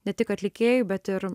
ne tik atlikėjui bet ir